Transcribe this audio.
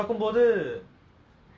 ajith வந்து கொஞ்சம்:vanthu konjam older